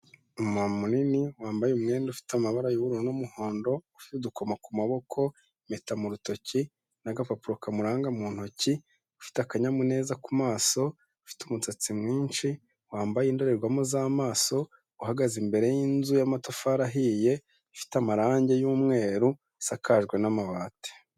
Umumama munini wambaye umwenda ufite amabara y'ububuru n'umuhondo, ufite udukoma ku maboko, impeta mu rutoki, n'agapapuro kamuranga mu ntoki, ufite akanyamuneza ku maso, ufite umusatsi mwinshi, wambaye indorerwamo z'amaso, uhagaze imbere y'inzu y'amatafari ahiye, ifite amarange y'umweru, isakajwe n'amabati.